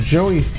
Joey